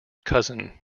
cousin